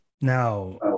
Now